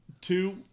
two